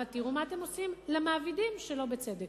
אבל תראו מה אתם עושים למעבידים שלא בצדק.